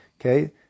okay